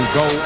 go